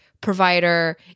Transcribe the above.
provider